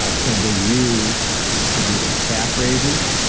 ah can be used to do those calf raises.